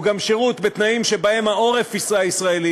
הוא גם שירות בתנאים שבהם העורף הישראלי